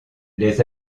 les